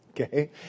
Okay